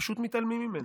ופשוט מתעלמים ממנו.